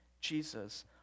Jesus